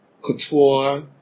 couture